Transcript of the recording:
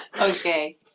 Okay